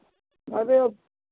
ارے اب